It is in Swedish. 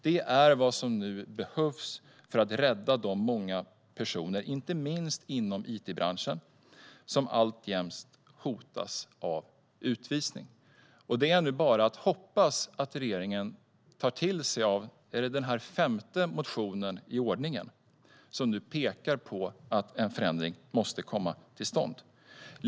Det är vad som nu behövs för att rädda de många personer, inte minst inom it-branschen, som alltjämt hotas av utvisning. Det är nu bara att hoppas att regeringen tar till sig av den här femte motionen i ordningen, som pekar på att en förändring måste komma till stånd.